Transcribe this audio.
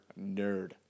nerd